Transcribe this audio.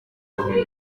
ibihumbi